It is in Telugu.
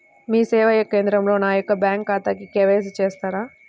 మీ సేవా కేంద్రంలో నా యొక్క బ్యాంకు ఖాతాకి కే.వై.సి చేస్తారా?